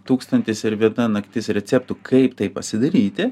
tūkstantis ir viena naktis receptų kaip tai pasidaryti